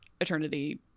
eternity